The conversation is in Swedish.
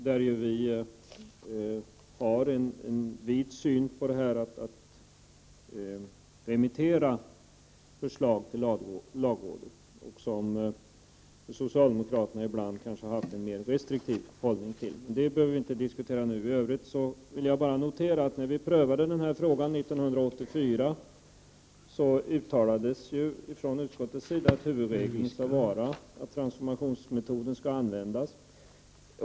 Vi i centerpartiet har en vid syn när det gäller att remittera förslag till lagrådet, medan socialdemokraterna ibland kanske har en mer restriktiv hållning. Men detta behöver vi inte diskutera nu. I övrigt vill jag bara konstatera att när vi prövade denna fråga 1984 uttalade utskottet att huvudregeln skall vara att transformationsmetoden skall användas.